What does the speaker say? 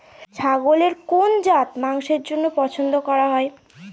ছাগলের কোন জাত মাংসের জন্য পছন্দ করা হয়?